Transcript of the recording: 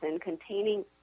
containing